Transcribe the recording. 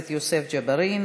ג'בארין.